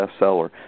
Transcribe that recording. bestseller